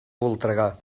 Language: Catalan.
voltregà